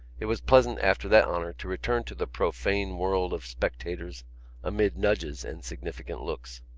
it was pleasant after that honour to return to the profane world of spectators amid nudges and significant looks.